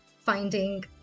finding